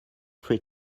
three